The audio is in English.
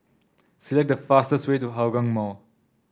select the fastest way to Hougang Mall